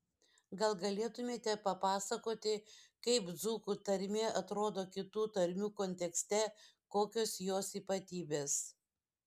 gal galėtumėte papasakoti kaip dzūkų tarmė atrodo kitų tarmių kontekste kokios jos ypatybės